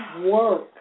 work